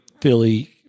Philly